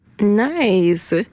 Nice